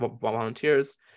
volunteers